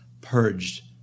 purged